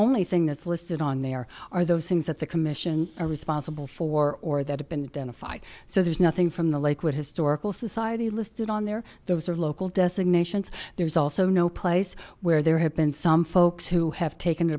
only thing that's listed on there are those things that the commission are responsible for or that have been done to fight so there's nothing from the lakewood historical society listed on there those are local designations there's also no place where there have been some folks who have taken it